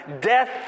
death